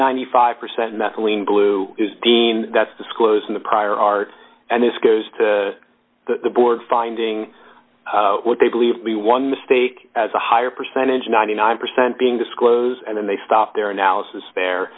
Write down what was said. ninety five percent methylene blue is dean that's disclosed in the prior art and this goes to the board finding what they believe to be one mistake as a higher percentage ninety nine percent being disclosed and then they stopped their analysis fair